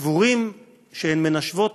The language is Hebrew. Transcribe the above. סבורים שהן מנשבות